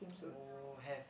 oh have